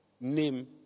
name